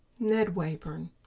ned wayburn